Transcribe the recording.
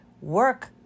work